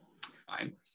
Fine